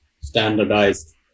standardized